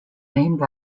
named